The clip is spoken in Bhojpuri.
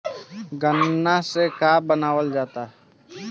गान्ना से का बनाया जाता है?